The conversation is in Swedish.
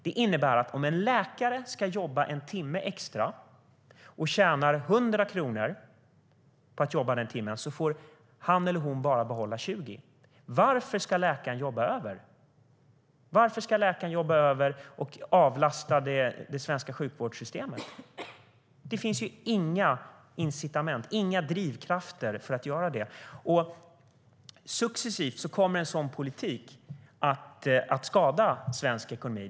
Det innebär att om en läkare ska jobba en timme extra och tjänar 100 kronor på att jobba den timmen får han eller hon bara behålla 20 kronor. Varför ska läkaren då jobba över och avlasta det svenska sjukvårdssystemet? Det finns ju inga incitament, inga drivkrafter för att göra det. Successivt kommer en sådan politik att skada svensk ekonomi.